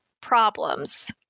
problems